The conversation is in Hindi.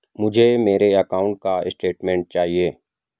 मुझे मेरे अकाउंट का स्टेटमेंट चाहिए?